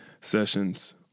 sessions